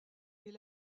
est